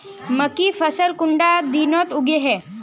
मकई फसल कुंडा दिनोत उगैहे?